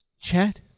Chad